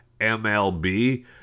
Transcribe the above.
MLB